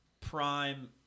prime